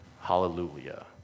hallelujah